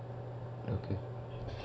okay